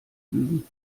lügen